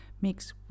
mixed